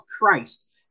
Christ